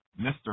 Mr